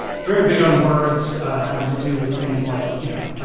very big on words having to do with things like you know,